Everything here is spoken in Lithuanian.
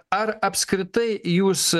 ar apskritai jūs